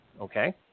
okay